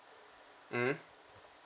mm